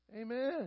Amen